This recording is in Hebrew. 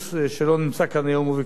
הוא ביקש ממני להופיע במקומו,